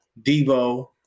Debo